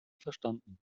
verstanden